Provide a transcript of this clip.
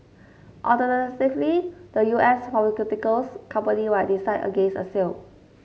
alternatively the U S pharmaceuticals company might decide against a sale